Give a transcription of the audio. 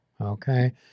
okay